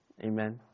Amen